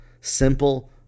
Simple